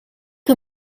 que